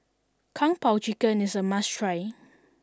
Kung Po Chicken is a must try